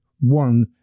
one